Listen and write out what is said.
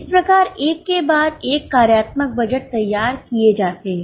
इस प्रकार एक के बाद एक कार्यात्मक बजट तैयार किए जाते हैं